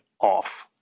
off